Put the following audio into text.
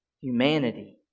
Humanity